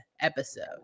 episode